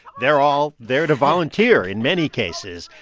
they're all there to volunteer, in many cases.